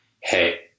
hey